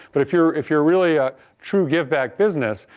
but if you're if you're really a true giveback business,